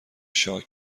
شاه